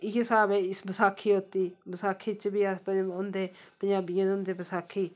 इ'यै स्हाब ऐ बसाखी होंदी पजांबियें दी होंदी बसाखी